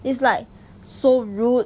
it's like so rude